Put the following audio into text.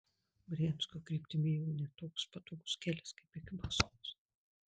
briansko kryptimi ėjo ne toks patogus kelias kaip iki maskvos